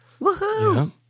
Woohoo